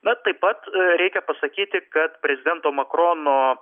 bet taip pat reikia pasakyti kad prezidento makrono